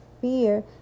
fear